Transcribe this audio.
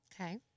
Okay